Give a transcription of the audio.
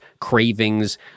cravings